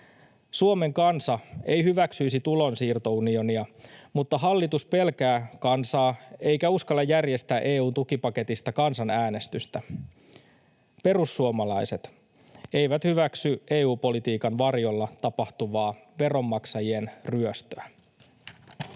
Suomen kansa ei hyväksyisi tulonsiirtounionia, mutta hallitus pelkää kansaa eikä uskalla järjestää EU:n tukipaketista kansanäänestystä. Perussuomalaiset eivät hyväksy EU-politiikan varjolla tapahtuvaa veronmaksajien ryöstöä.